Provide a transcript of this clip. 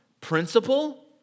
principle